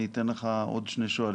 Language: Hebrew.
אני אתן עכשיו לעוד שני שואלים.